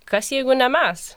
kas jeigu ne mes